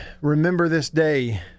remember-this-day